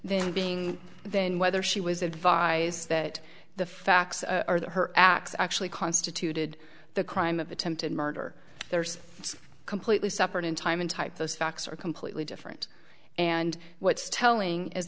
then being then whether she was advised that the facts are that her acts actually constituted the crime of attempted murder there's a completely separate in time and type those facts are completely different and what's telling is